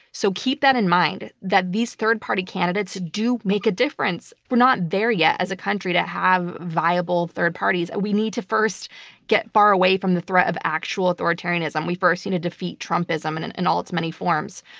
so keep that in mind, that these third-party candidates do make a difference. we're not there yet as a country to have viable third parties. we need to first get far away from the threat of actual authoritarianism. we first need to you know defeat trumpism in and and all its many forms.